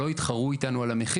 על מנת שלא יתחרו איתנו על המחיר,